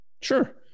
sure